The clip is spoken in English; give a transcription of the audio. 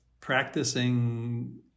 practicing